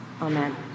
Amen